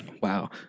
wow